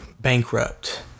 bankrupt